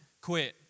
Quit